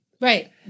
right